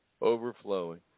overflowing